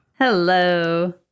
hello